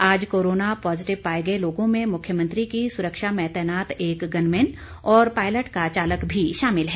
आज corona positive पाए गए लोगों में मुख्यमंत्री की सुरक्षा में तैनात एक गनमैन और पायलट का चालक भी शामिल है